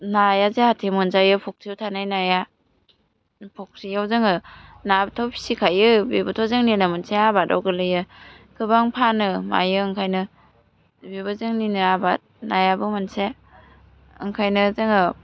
नाया जाहाथे मोनजायो फ'ख्रियाव थानाय नाया फ'ख्रियाव जोङो नाथ' फिसिखायो बेबोथ' जोंनिनो मोनसे आबादाव गोलैयो गोबां फानो मायो ओंखायनो बेबो जोंनिनो आबाद नायाबो मोनसे ओंखायनो जोङो